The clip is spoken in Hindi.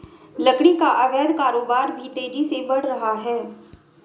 लकड़ी का अवैध कारोबार भी तेजी से बढ़ रहा है